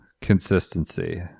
consistency